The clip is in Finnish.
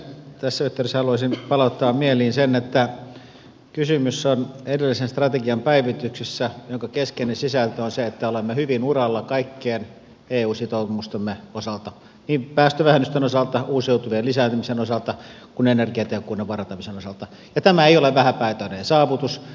tässä yhteydessä haluaisin palauttaa mieliin sen että kysymys on edellisen strategian päivityksestä jonka keskeinen sisältö on se että olemme hyvin uralla kaikkien eu sitoumustemme osalta niin päästövähennysten osalta uusiutuvien lisäämisen osalta kuin energiatehokkuuden parantamisen osalta ja tämä ei ole vähäpätöinen saavutus